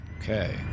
Okay